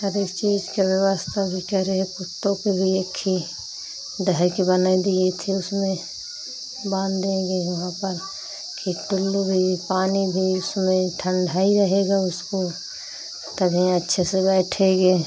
हर एक चीज़ की व्यवस्था भी करे हैं कुत्तों के भी एक खी दहे के बना दिए थे उसमें बाँध देंगे वहाँ पर कि टुल्लू भी पानी भी उसमें ठंढई रहेगा उसको तब यहाँ अच्छे से बैठेगा